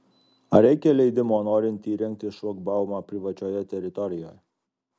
ar reikia leidimo norint įrengti šlagbaumą privačioje teritorijoje